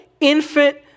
infant